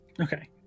Okay